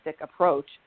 approach